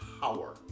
power